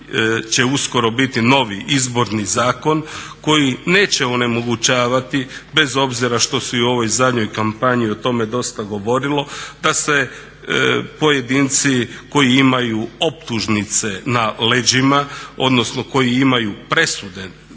da pred nama će uskoro biti novi izborni zakon koji neće onemogućavati bez obzira što se i u ovoj zadnjoj kampanji o tome dosta govorilo, da se pojedinci koji imaju optužnice na leđima, odnosno koji imaju presude